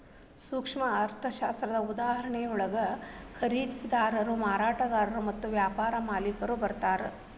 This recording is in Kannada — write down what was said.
ಸೂಕ್ಷ್ಮ ಅರ್ಥಶಾಸ್ತ್ರದ ಉದಾಹರಣೆಯೊಳಗ ಖರೇದಿದಾರರು ಮಾರಾಟಗಾರರು ಮತ್ತ ವ್ಯಾಪಾರ ಮಾಲಿಕ್ರು ಬರ್ತಾರಾ